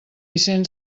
vicent